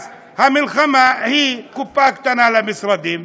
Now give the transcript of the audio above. אז המלחמה היא קופה קטנה למשרדים,